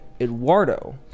Eduardo